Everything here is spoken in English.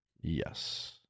Yes